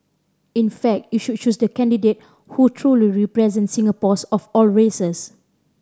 in fact you should choose the candidate who truly represents Singaporeans of all races